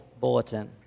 bulletin